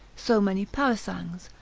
so many parasangs,